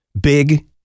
big